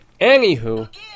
Anywho